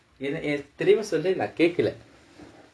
என்ன என் திரும்ப சொல்லு நான் கேட்கலை:enna en thirumba sollu naan ketkalai